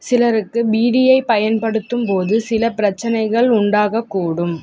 சிலருக்கு பீடியைப் பயன்படுத்தும்போது சில பிரச்சனைகள் உண்டாகக்கூடும்